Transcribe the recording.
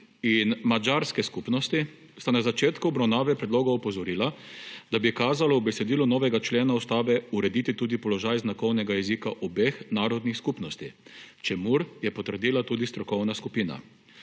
in madžarske skupnosti sta na začetku obravnave predloga opozorila, da bi kazalo v besedilo novega člena ustave urediti tudi položaj znakovnega jezika obeh narodnih skupnosti, čemur je pritrdila tudi strokovna skupina.